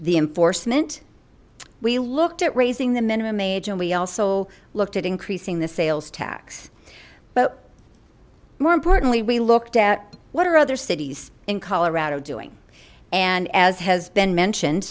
the enforcement we looked at raising the minimum age and we also looked at increasing the sales tax but more importantly we looked at what are other cities in colorado doing and as has been mentioned